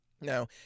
Now